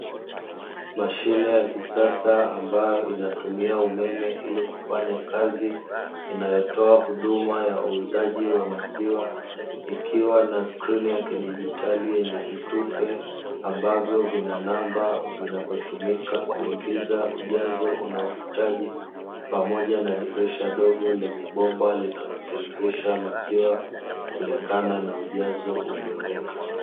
Mashine ya kisasa ambayo inatumia umeme ili kufanya kazi, inayotoa huduma ya uuzaji wa maziwa, ikiwa na skrini ya kidigitali yenye vitufe ambavyo vina namba vinavyotumika kuingiza ujazo unaouhitaji, pamoja na dirisha dogo linalotoa maziwa kulingana na ujazo uliouweka.